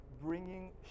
bringing